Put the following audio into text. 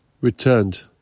returned